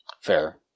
Fair